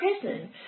prison